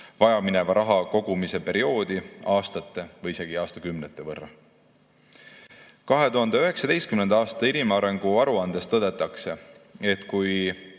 vajamineva raha kogumise perioodi aastate või isegi aastakümnete võrra. 2019. aasta inimarengu aruandes tõdetakse, et kui